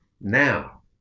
now